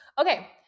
Okay